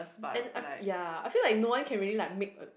and I ya I feel like no one can really like make